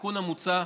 התיקון המוצע,